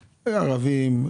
ערבים,